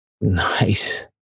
Nice